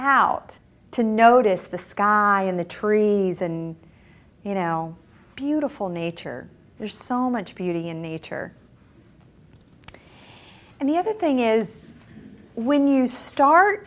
out to notice the sky in the trees and you know beautiful nature there's so much beauty in nature and the other thing is when you start